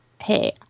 Hey